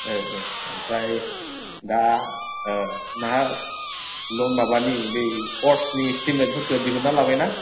ओमफ्राय दा नोंहा लन माबानि बे कर्सनि इस्टिमेटफोरखो दिहुनना लाबाय ना